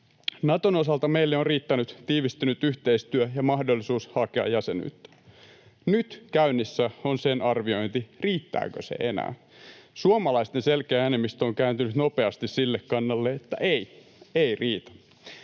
Naton osalta meille on riittänyt tiivistynyt yhteistyö ja mahdollisuus hakea jäsenyyttä. Nyt käynnissä on sen arviointi, riittääkö se enää. Suomalaisten selkeä enemmistö on kääntynyt nopeasti sille kannalle, että ei — ei riitä.